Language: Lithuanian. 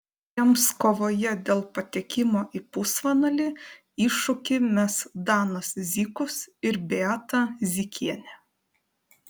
jiems kovoje dėl patekimo į pusfinalį iššūkį mes danas zykus ir beata zykienė